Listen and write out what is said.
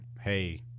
Hey